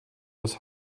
das